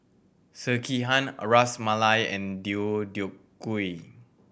Sekihan Ras Malai and Deodeok Gui